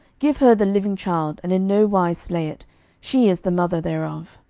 give her the living child, and in no wise slay it she is the mother thereof.